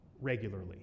regularly